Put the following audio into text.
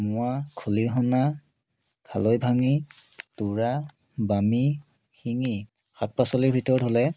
মোৱা খলিহনা খালৈ ভাঙি তোৰা বামি শিঙী শাক পাচলিৰ ভিতৰত হ'লে